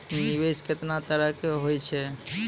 निवेश केतना तरह के होय छै?